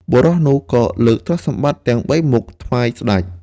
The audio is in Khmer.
បុរសនោះក៏លើកទ្រព្យសម្បត្តិទាំងបីមុខថ្វាយស្ដេច។